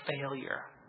failure